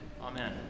Amen